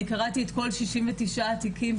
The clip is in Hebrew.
אני קראתי את כול 69 התיקים,